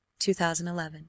2011